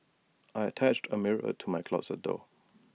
I attached A mirror to my closet door